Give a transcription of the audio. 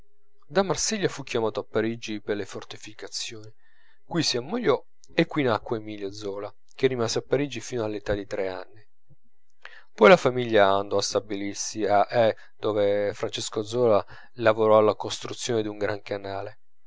da marsiglia fu chiamato a parigi per le fortificazioni qui si ammogliò e qui nacque emilio zola che rimase a parigi fino all'età di tre anni poi la famiglia andò a stabilirsi a aix dove francesco zola lavorò alla costruzione d'un gran canale